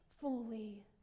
fully